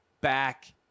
back